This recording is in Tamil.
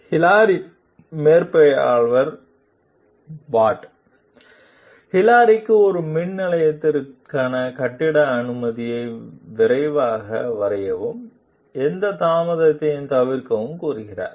ஹிலாரியின் மேற்பார்வையாளர் பாட் ஹிலாரிக்கு ஒரு மின் நிலையத்திற்கான கட்டிட அனுமதியை விரைவாக வரையவும் எந்த தாமதத்தையும் தவிர்க்கவும் கூறுகிறார்